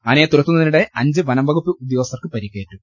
ആനയെ തുരത്തുന്നതിനിടെ അഞ്ച് വനംവകുപ്പ് ഉദ്യോഗ സ്ഥർക്ക് പരിക്കേറ്റു